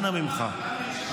אנא ממך.